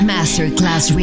Masterclass